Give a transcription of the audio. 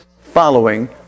following